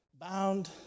bound